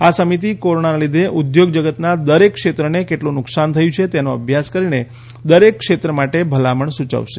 આ સમિતિ કોરોનાના લીધે ઉદ્યોગ જગતના દરેક ક્ષેત્રને કેટલું નુકસાન થયું છે તેનો અભ્યાસ કરીને દરેક ક્ષેત્ર માટે ભલામણ સૂચવશે